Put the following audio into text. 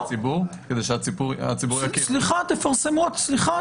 סליחה, לא.